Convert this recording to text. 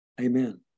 Amen